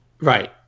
Right